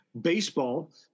baseball